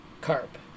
carp